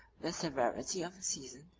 the severity of the season,